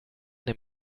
dem